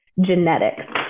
genetics